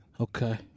Okay